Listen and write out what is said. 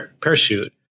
parachute